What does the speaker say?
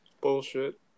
Bullshit